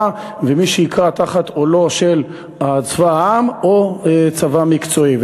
ומי שיכרע תחת עולו של צבא העם או צבא מקצועי.